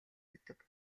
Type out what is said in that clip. өгдөг